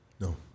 no